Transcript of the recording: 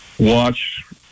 Watch